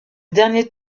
dernier